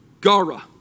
gara